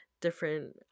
different